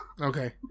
Okay